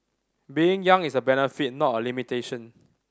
being young is a benefit not a limitation